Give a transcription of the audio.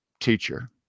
teacher